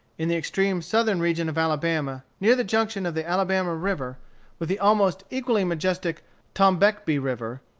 in the extreme southern region of alabama, near the junction of the alabama river with the almost equally majestic tombeckbee river,